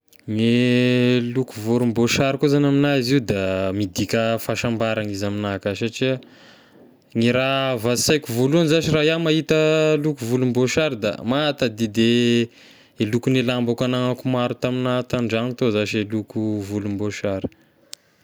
Gne loko volom-boasary koa zagny amigna izy io da midika fahasambarany izy amigna ka satria ny raha avy an-saiko voalohany zashy raha iahy mahita loko volom-boasary da mahatadidy e lokony lambako agnanako maro tamin'ahy ta an-dragno atao zashy e loko volom-boasary.